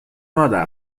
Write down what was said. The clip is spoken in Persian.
مادر